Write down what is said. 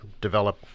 develop